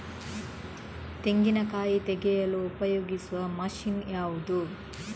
ತೆಂಗಿನಕಾಯಿ ತೆಗೆಯಲು ಉಪಯೋಗಿಸುವ ಮಷೀನ್ ಯಾವುದು?